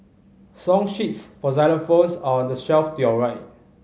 song sheets for xylophones are on the shelf to your right